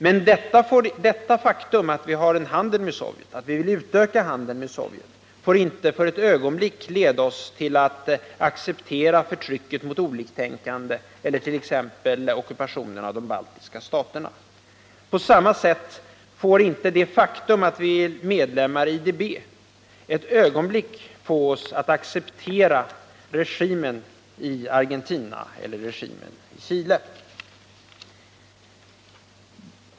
Men det faktum att vi har en handel med Sovjet och vill utöka denna handel får inte för ett ögonblick leda oss att acceptera förtrycket mot oliktänkande eller t.ex. ockupationen av de baltiska staterna. På samma sätt får inte det förhållandet att vi är medlemmar i IDB för ett ögonblick få oss att acceptera regimerna i Argentina eller i Chile.